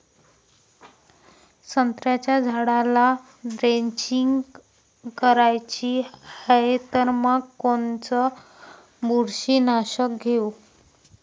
संत्र्याच्या झाडाला द्रेंचींग करायची हाये तर मग कोनच बुरशीनाशक घेऊ?